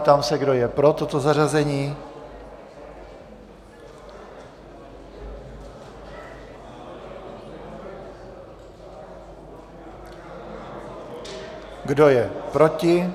Ptám se, kdo je pro toto zařazení, Kdo je proti?